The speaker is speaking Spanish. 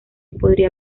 podría